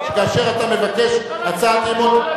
כאשר אתה מבקש הצעת אי-אמון,